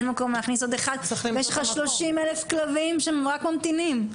אין מקום להכניס עוד אחד ויש לך 30 אלף כלבים שרק ממתינים.